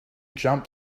jump